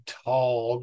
tall